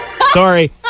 Sorry